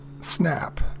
snap